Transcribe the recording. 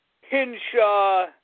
Hinshaw